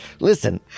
listen